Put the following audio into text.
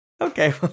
Okay